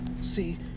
See